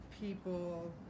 people